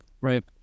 Right